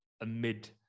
amid